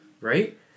right